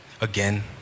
again